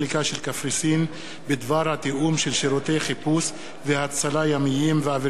קפריסין בדבר התיאום של שירותי חיפוש והצלה ימיים ואוויריים,